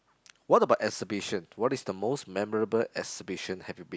what about exhibition what is the most memorable exhibition have you been